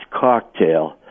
cocktail